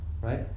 right